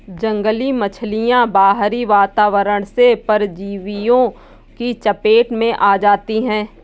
जंगली मछलियाँ बाहरी वातावरण से परजीवियों की चपेट में आ जाती हैं